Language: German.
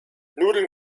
nudeln